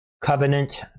covenant